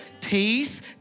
peace